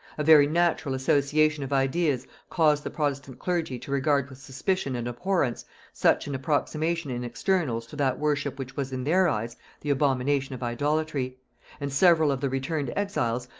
a very natural association of ideas caused the protestant clergy to regard with suspicion and abhorrence such an approximation in externals to that worship which was in their eyes the abomination of idolatry and several of the returned exiles,